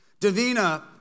Davina